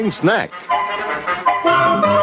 snack